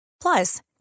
Plus